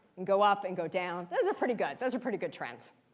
and go up, and go down. those are pretty good. those are pretty good trends.